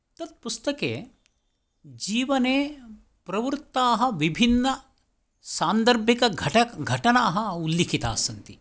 तत्पुस्तके जीवने प्रवृत्ताः विभिन्नसान्दर्भिकघटक् घटनाः उल्लिखिताः सन्ति